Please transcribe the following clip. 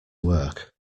work